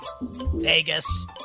Vegas –